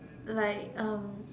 like um